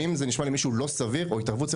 האם זה נשמע למישהו לא סביר או התערבות?